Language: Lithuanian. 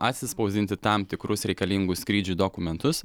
atsispausdinti tam tikrus reikalingus skrydžiui dokumentus